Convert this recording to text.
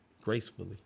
gracefully